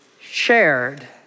shared